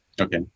Okay